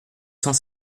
cent